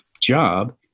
job